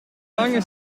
lange